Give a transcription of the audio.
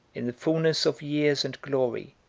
in the fulness of years and glory,